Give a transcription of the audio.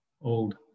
old